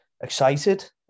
excited